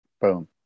Boom